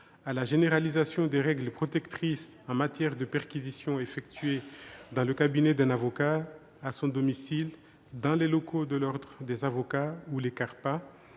à la généralisation des règles protectrices en matière de perquisitions effectuées dans le cabinet d'un avocat, à son domicile, dans les locaux de l'ordre des avocats ou des